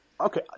okay